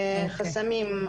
לגבי החסמים,